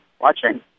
watching